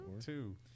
two